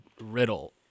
Riddle